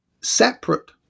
separate